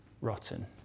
rotten